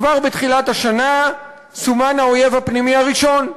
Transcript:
כבר בתחילת השנה סומן האויב הפנימי הראשון: